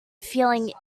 feeling